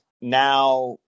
now